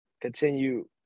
continue